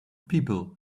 people